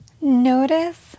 Notice